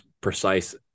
precise